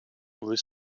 with